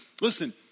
listen